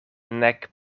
nek